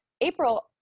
April